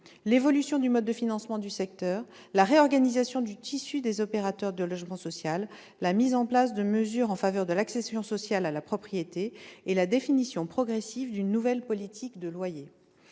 l'évolution du mode de financement du secteur, la réorganisation du tissu des opérateurs de logement social, la mise en place de mesures en faveur de l'accession sociale à la propriété et la définition progressive d'une nouvelle politique des loyers.